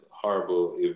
horrible